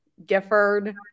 gifford